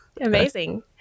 Amazing